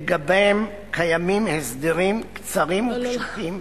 שלגביהם קיימים הסדרים קצרים ופשוטים,